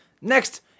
Next